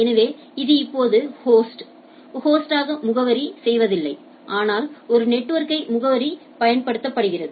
எனவே இது இப்போது ஹோஸ்ட் ஹோஸ்ட் ஆக முகவரி செய்வதில்லை ஆனால் ஒரு நெட்வொர்க்கை முகவரி படுத்துகிறது